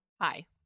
Hi